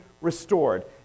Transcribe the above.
restored